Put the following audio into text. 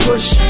Push